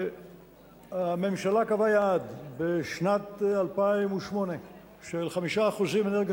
הממשלה קבעה בשנת 2008 יעד של 5% אנרגיות